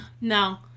no